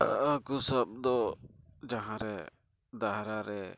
ᱦᱟᱹᱠᱩ ᱥᱟᱵ ᱫᱚ ᱡᱟᱦᱟᱸᱨᱮ ᱫᱟᱦᱨᱟ ᱨᱮ